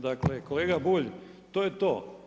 Dakle kolega Bulj, to je to.